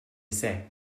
say